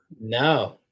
No